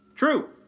True